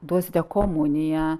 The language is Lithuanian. duosite komuniją